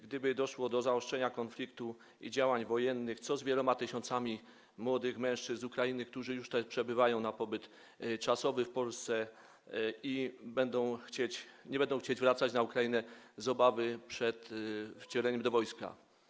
Gdyby doszło do zaostrzenia konfliktu i działań wojennych, co z wieloma tysiącami młodych mężczyzn z Ukrainy, którzy już przebywają w ramach pobytu czasowego w Polsce i nie będą chcieli wracać na Ukrainę z obawy przed wcieleniem do wojska?